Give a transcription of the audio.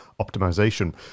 optimization